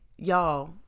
Y'all